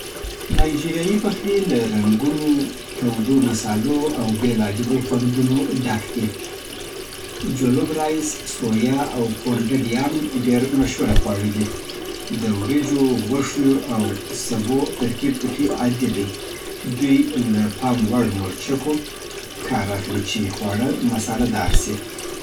نایجیریایي پخلی له رنګونو، تودو مصالو او بیلابیلو خوندونو ډک دی. جولوف رائس، سویا او پونډډ یام ډېر مشهور خواړه دي. د وریجو، غوښې او سبو ترکیب پکې عادي دی. دوی له پام وړ مرچکو اخلي چې خواړه مسالې‌دار سي